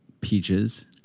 Peaches